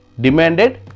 Demanded